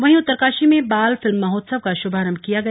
वहीं उत्तरकाशी में बाल फिल्म महोत्सव का श्भारंभ किया गया